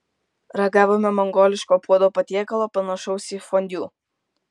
ragavome mongoliško puodo patiekalo panašaus į fondiu